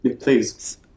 please